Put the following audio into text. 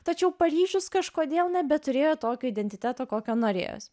tačiau paryžius kažkodėl nebeturėjo tokio identiteto kokio norėjos